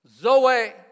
zoe